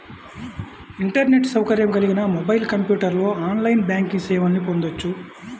internet సౌకర్యం కలిగిన mobile, కంప్యూటర్లో ఆన్లైన్ బ్యాంకింగ్ సేవల్ని పొందొచ్చు